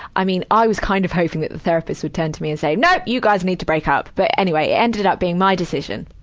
i mean, i was kind of hoping that the therapist would turn to me and say, no! you guys need to break up. but, anyway, it ended up being my decision.